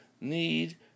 need